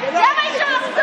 גולן, החוצה.